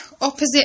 opposite